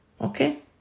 Okay